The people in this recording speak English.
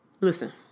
Listen